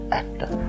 actor